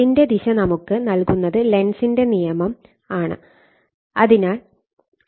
അതിന്റെ ദിശ നമുക്ക് നൽകുന്നത് ലെൻസിന്റെ നിയമം Lenz's Law ആണ്